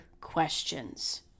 questions